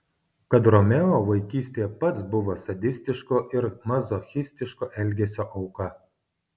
kad romeo vaikystėje pats buvo sadistiško ir mazochistiško elgesio auka